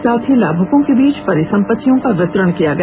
साथ ही लाभुकों के बीच परिसम्पतियों का वितरण किया गया